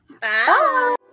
Bye